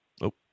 Nope